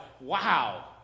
wow